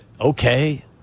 okay